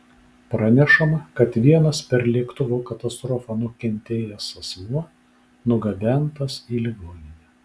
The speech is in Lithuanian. pranešama kad vienas per lėktuvo katastrofą nukentėjęs asmuo nugabentas į ligoninę